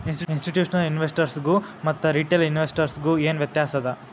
ಇನ್ಸ್ಟಿಟ್ಯೂಷ್ನಲಿನ್ವೆಸ್ಟರ್ಸ್ಗು ಮತ್ತ ರಿಟೇಲ್ ಇನ್ವೆಸ್ಟರ್ಸ್ಗು ಏನ್ ವ್ಯತ್ಯಾಸದ?